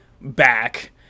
back